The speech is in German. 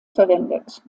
verwendet